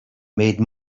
made